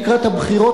לקראת הבחירות,